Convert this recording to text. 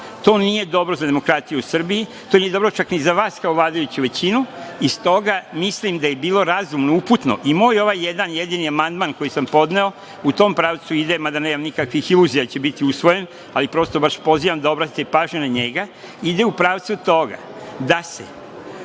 nije dobro za demokratiju u Srbiji. To nije dobro čak ni za vas kao vladajuću većinu. Iz toga mislim da je bilo razumno, uputno i moj ovaj jedan, jedini amandman koji sam podneo u tom pravcu idem, mada nemam nikakvih iluzija da će biti usvojen, ali prosto vas pozivam da obratite pažnju na njega, ide u pravcu toga da se